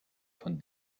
von